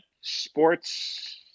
sports